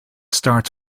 starts